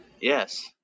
Yes